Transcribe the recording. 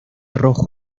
rojo